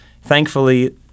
thankfully